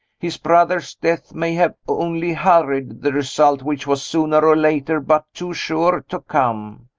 his brother's death may have only hurried the result which was sooner or later but too sure to come.